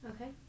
Okay